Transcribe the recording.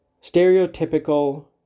Stereotypical